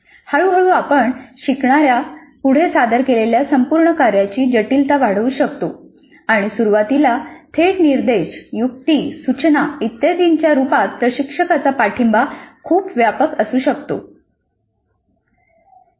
हळूहळू आपण शिकणाऱ्या पुढे सादर केलेल्या संपूर्ण कार्यांची जटिलता वाढवू शकतो आणि सुरुवातीला थेट निर्देश युक्ती सूचना इत्यादींच्या रूपात प्रशिक्षकाचा पाठिंबा खूप व्यापक असू शकतो